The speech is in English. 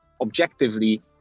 objectively